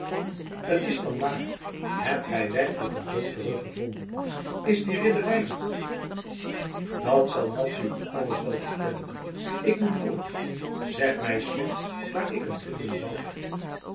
het is dan waar hebt gij werkelijk een zoon teruggevonden is die ridder reinout dat zal madzy u alles wel vertellen ik moet voort zeg mij slechts waar ik hem vinden zal